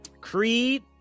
Creed